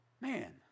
man